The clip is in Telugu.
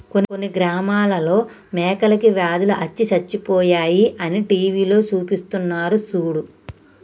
కొన్ని గ్రామాలలో మేకలకి వ్యాధులు అచ్చి సచ్చిపోయాయి అని టీవీలో సూపిస్తున్నారు సూడు